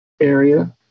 area